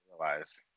realize